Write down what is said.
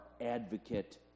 advocate